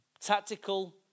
tactical